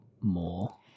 More